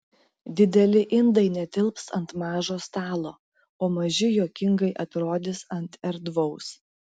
dideli indai netilps ant mažo stalo o maži juokingai atrodys ant erdvaus